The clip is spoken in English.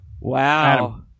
Wow